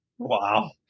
Wow